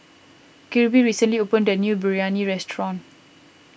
Kirby recently opened a new Biryani restaurant